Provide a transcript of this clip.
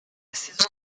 saison